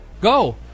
Go